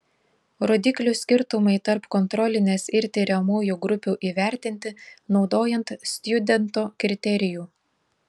rodiklių skirtumai tarp kontrolinės ir tiriamųjų grupių įvertinti naudojant stjudento kriterijų